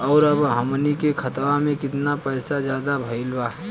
और अब हमनी के खतावा में कितना पैसा ज्यादा भईल बा?